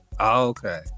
Okay